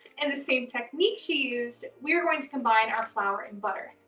and the same technique she used, we're going to combine our flour and butter.